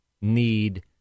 need